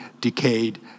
decayed